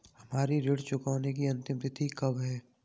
हमारी ऋण चुकाने की अंतिम तिथि कब है?